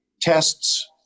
tests